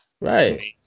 Right